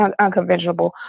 unconventional